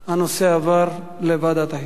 הנושא עבר לוועדת החינוך.